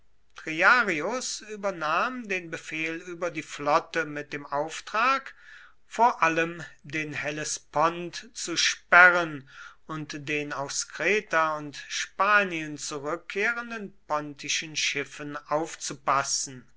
triarius übernahm den befehl über die flotte mit dem auftrag vor allem den hellespont zu sperren und den aus kreta und spanien rückkehrenden pontischen schiffen aufzupassen